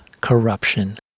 corruption